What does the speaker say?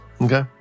Okay